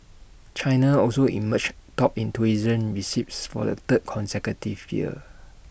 China also emerged top in tourism receipts for the third consecutive year